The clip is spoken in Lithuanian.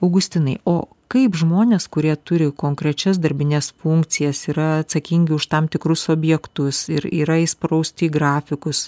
augustinai o kaip žmonės kurie turi konkrečias darbines funkcijas yra atsakingi už tam tikrus objektus ir yra įsprausti į grafikus